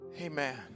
Amen